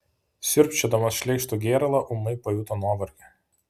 siurbčiodamas šleikštų gėralą ūmai pajuto nuovargį